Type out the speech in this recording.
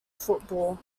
football